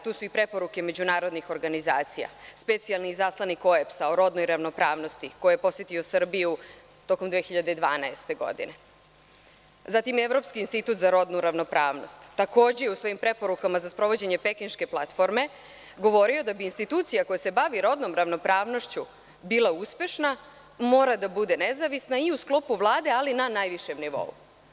Tu su i preporuke međunarodnih organizacija, specijalni izaslanik OEBS-a o rodnoj ravnopravnosti koji je posetio Srbiju tokom 2012. godine, zatim evropski institut za rodnu ravnopravnost takođe je u svojim preporukama za sprovođenje Pekinške platforme govorio: „Da bi institucija koja se bavi rodnom ravnopravnošću bila uspešna, mora da bude nezavisna i u sklopu Vlade, ali na najvišem nivou.